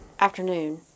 afternoon